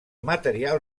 material